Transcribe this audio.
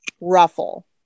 ruffle